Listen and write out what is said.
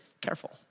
careful